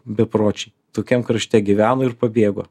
bepročiai tokiam krašte gyveno ir pabėgo